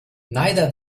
neither